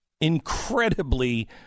incredibly